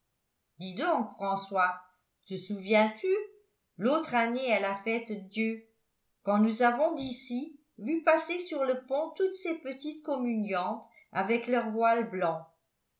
dis donc françois te souviens-tu l'autre année à la fête-dieu quand nous avons d'ici vu passer sur le pont toutes ces petites communiantes avec leurs voiles blancs